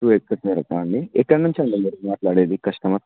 two acres వరకు అండి ఎక్కడ నుంచి అండి మీరు మాట్లాడేది కస్టమర్